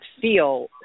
feel